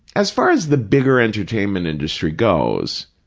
as far as the bigger entertainment industry goes,